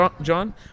John